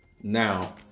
Now